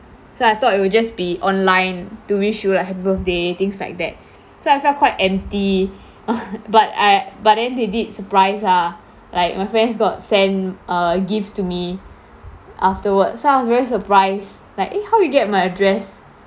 so I thought it will just be online to wish you like happy birthday things like that so I felt quite empty but I but then they did surprise ah like my friends got send uh gifts to me afterward so I was very surprised like eh how you get my address